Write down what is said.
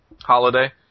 holiday